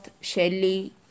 Shelley